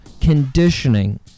conditioning